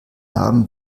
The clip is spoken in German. haben